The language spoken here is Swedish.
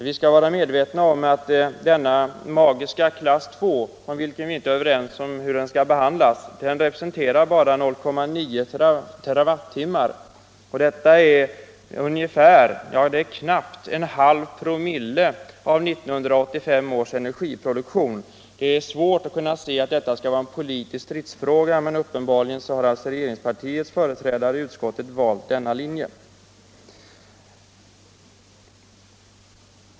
Vi skall vara medvetna om att denna magiska klass 2, som vi inte är överens om hur den skall behandlas, representerar bara 0,9 TWh, och detta är knappt en halv promille av 1985 års energiproduktion. Det är svårt att förstå att detta skall vara en politisk stridsfråga, men uppenbarligen har regeringspartiets företrädare i civilutskottet stannat för denna linje.